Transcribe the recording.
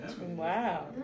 Wow